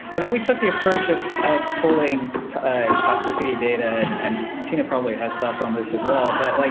i think we took the approach of of pulling toxicity data and tina probably has thoughts on this as well. but, like,